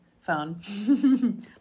phone